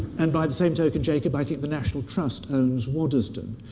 and by the same token, jacob, i think the national trust owns waddesdon.